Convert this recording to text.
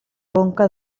conca